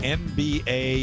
nba